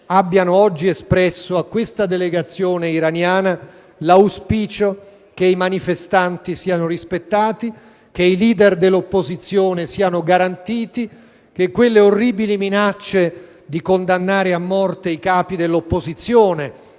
abbiano oggi espresso a questa delegazione iraniana l'auspicio che i manifestanti siano rispettati, che i leader dell'opposizione siano garantiti, che quelle orribili minacce di condannare a morte i capi dell'opposizione,